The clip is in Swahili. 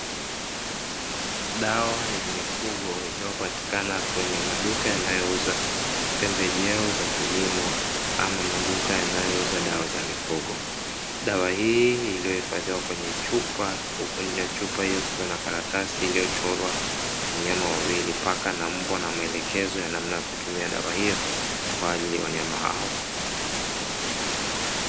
Dawa ya mifugo inayopatikana kwenye maduka yanayoweza pembejeo za kilimo ama maduka yanayouza dawa za mifugo, dawa hii iliyohifadhiwa kwenye chupa huku nje chupa ya kuonekana karatasi iliyochorwa mnyama wawili mpaka na mbwa na maelekezo ya namna ya kutumia dawa hiyo kwani wanyama hao.